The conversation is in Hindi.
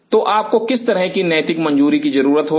तो आपको किस तरह की नैतिक मंजूरी की जरूरत होगी